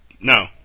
No